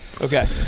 Okay